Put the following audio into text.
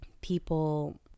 people